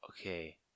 okay